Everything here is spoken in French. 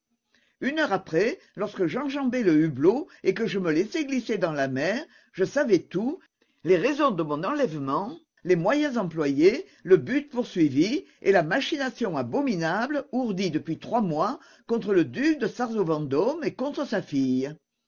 une heure après lorsque j'enjambai le hublot et que je me laissai glisser dans la mer je savais tout les raisons de mon enlèvement les moyens employés le but poursuivi et la machination abominable ourdie depuis trois mois contre le duc de sarzeau vendôme et contre sa fille